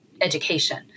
education